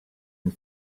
and